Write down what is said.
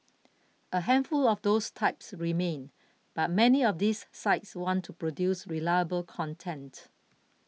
a handful of those types remain but many of these sites want to produce reliable content